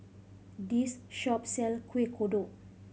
this shop sell Kueh Kodok